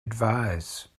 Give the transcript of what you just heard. advise